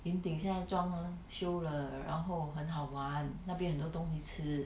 云顶现在装修了然后很好玩那边很多东西吃